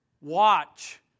watch